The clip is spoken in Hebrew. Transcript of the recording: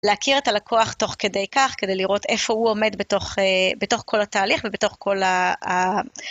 להכיר את הלקוח תוך כדי כך, כדי לראות איפה הוא עומד בתוך א...בתוך כל התהליך ובתוך כל ה-ה...